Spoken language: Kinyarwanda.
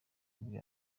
bari